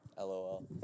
LOL